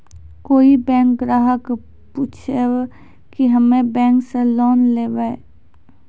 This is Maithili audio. कोई बैंक ग्राहक पुछेब की हम्मे बैंक से लोन लेबऽ?